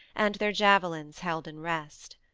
and their javelins held in rest.